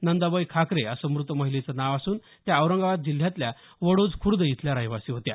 नंदाबाई खाकरे असं मृत महिलेचं नाव असून त्या औरंगाबाद जिल्ह्यातल्या वडोज खुर्द इथल्या रहिवासी होत्या